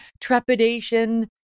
trepidation